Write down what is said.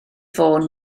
fôn